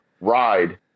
ride